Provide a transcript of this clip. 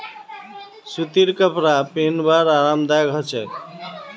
सूतीर कपरा पिहनवार आरामदायक ह छेक